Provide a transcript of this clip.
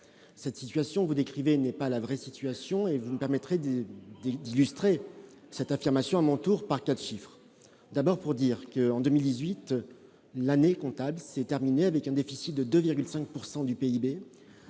cette situation que vous décrivez n'est pas la vraie situation et vous me permettrez de d'illustrer cette affirmation mon tour par 4 chiffres d'abord pour dire que, en 2018 l'année comptable s'est terminé avec un déficit de 2,5 pourcent